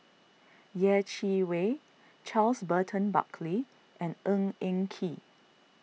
Yeh Chi Wei Charles Burton Buckley and Ng Eng Kee